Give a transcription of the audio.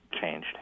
changed